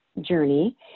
journey